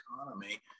economy